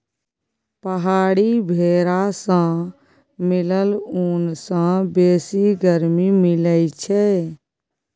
पहाड़ी भेरा सँ मिलल ऊन सँ बेसी गरमी मिलई छै